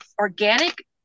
organic